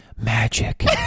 Magic